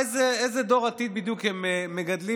איזה דור עתיד הם מגדלים בדיוק?